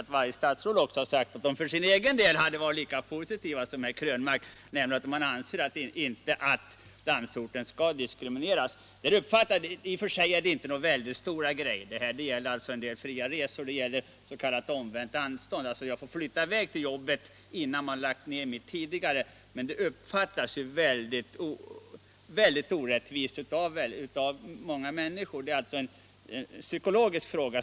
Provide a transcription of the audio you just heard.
De hade säkerligen också svarat att de för sin del var lika positiva som herr Krönmark och att de inte ansåg att landsorten skall diskrimineras. I och för sig gäller min fråga inga stora saker. Den gäller fria resor och den gäller s.k. omvänt anstånd, vilket innebär att man får flytta till sitt nya jobb innan det tidigare lagts ned. Men många människor uppfattar det svar jag fått som väldigt orättvist — det är en psykologisk fråga.